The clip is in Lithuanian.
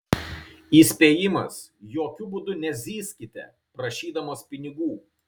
įspėjimas jokiu būdų nezyzkite prašydamos pinigų